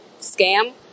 scam